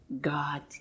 God